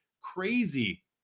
crazy